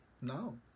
No